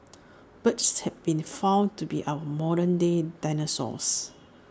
birds have been found to be our modern day dinosaurs